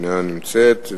איננה נמצאת,